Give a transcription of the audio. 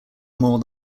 more